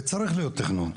וצריך להיות תכנון,